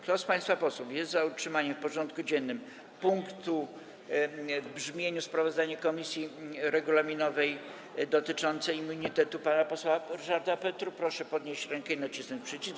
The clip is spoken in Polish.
Kto z państwa posłów jest za utrzymaniem w porządku dziennym punktu: sprawozdanie komisji regulaminowej dotyczące immunitetu pana posła Ryszarda Petru, proszę podnieść rękę i nacisnąć przycisk.